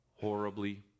horribly